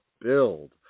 build